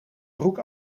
broek